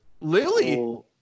lily